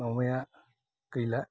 माबाया गैला